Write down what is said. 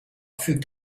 fügt